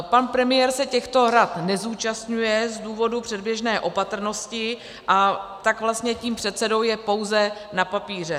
Pan premiér se těchto rad nezúčastňuje z důvodu předběžné opatrnosti, a tak je tím předsedou pouze na papíře.